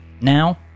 Now